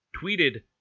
tweeted